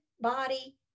body